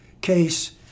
case